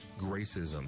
Gracism